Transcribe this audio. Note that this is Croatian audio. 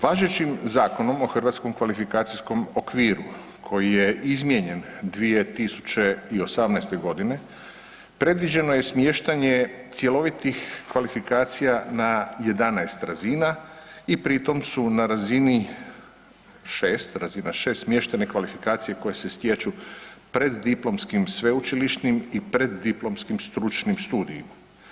Važećim Zakonom o hrvatskom kvalifikacijskom okviru koji je izmijenjen 2018.g. predviđeno je smještanje cjelovitih kvalifikacija na 11 razina i pri tom su na razini 6, razina 6 smještene kvalifikacije koje se stječu preddiplomskim sveučilišnim i preddiplomskim stručnim studijima.